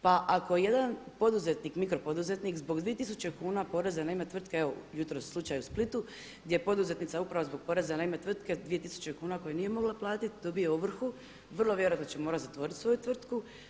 Pa ako jedan poduzetnik, mikropoduzetnik zbog 2000 kuna poreza na ime tvrtke, evo jutro u slučaju u Splitu gdje je poduzetnica upravo zbog poreza na ime tvrtke 2000 kuna koje nije mogla platiti dobije ovrhu, vrlo vjerojatno će morati zatvoriti svoju tvrtku.